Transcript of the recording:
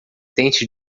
tente